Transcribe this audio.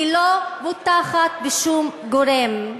היא לא בוטחת בשום גורם,